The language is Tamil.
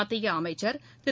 மத்திய அமைச்சா் திரு